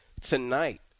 Tonight